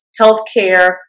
healthcare